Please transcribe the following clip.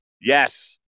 Yes